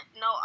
No